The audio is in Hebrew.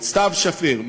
את סתיו שפיר,